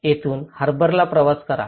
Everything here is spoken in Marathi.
येथून हार्बरला प्रवास करा